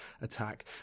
attack